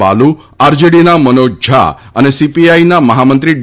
બાલુ આરજેડીના મનોજ ઝા અને સીપીઆઇના મહામંત્રી ડી